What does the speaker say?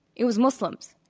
it was muslims.